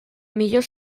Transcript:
millor